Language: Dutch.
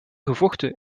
gevochten